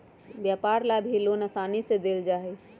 व्यापार ला भी लोन आसानी से देयल जा हई